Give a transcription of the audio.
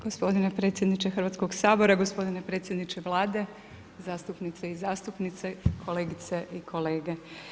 Gospodine predsjedniče Hrvatskoga sabora, gospodine predsjedniče Vlade, zastupnice i zastupnici, kolegice i kolege.